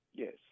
Yes